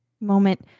moment